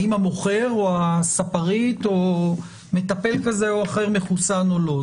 האם המוכר או הספרית או מטפל כזה או אחר מחוסן או לא.